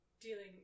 dealing